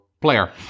player